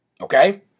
Okay